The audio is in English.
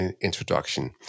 introduction